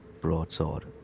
broadsword